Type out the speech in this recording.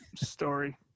story